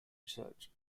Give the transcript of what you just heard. research